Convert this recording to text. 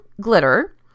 glitter